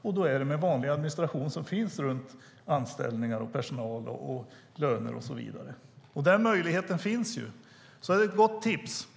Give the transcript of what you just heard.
Då handlar det om vanlig administration som finns runt anställningar, personal, löner och så vidare. Denna möjlighet finns. Detta är ett gott tips.